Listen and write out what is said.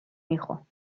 hijo